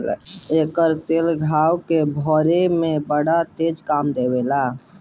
एकर तेल घाव के भरे में बड़ा तेज काम देला